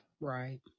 right